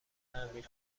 تعمیر